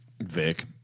Vic